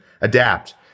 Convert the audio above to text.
adapt